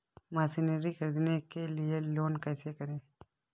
Machinery ख़रीदने के लिए लोन कैसे करें?